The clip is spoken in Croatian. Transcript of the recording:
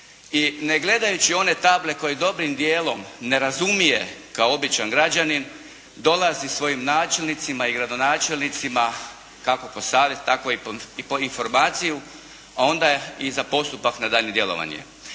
I ne gledajući one table koje dobrim dijelom ne razumije kao običan građanin dolazi svojim načelnicima i gradonačelnicima kako po savjet tako i po informaciju, a onda i za postupak na daljnje djelovanje.